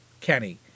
Kenny